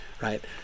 right